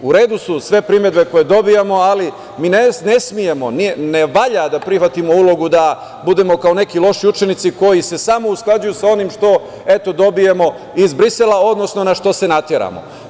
U redu su sve primedbe koje dobijamo, ali mi ne smemo, ne valja da prihvatimo ulogu da budemo kao neki loši učenici koji se samo usklađuju sa onim što, eto, dobijemo iz Brisela, odnosno na što se nateramo.